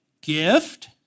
gift